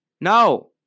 No